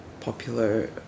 popular